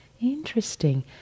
Interesting